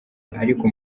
ariko